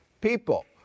people